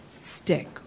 stick